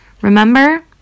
Remember